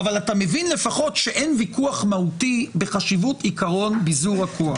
אבל אתה מבין לפחות שאין ויכוח מהותי בחשיבות עקרון ביזור הכוח.